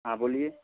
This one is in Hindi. हाँ बोलिए